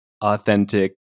authentic